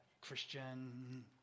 Christian